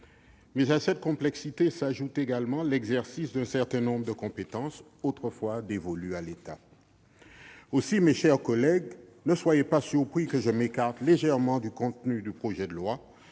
À cette complexité s'ajoute l'exercice d'un certain nombre de compétences autrefois dévolues à l'État. Aussi, mes chers collègues, ne soyez pas surpris que je m'écarte légèrement du contenu du projet de loi